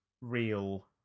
real